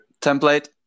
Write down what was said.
template